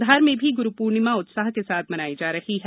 धार में भी गुरुपूर्णिमा उत्साह के साथ मनाई जा रही है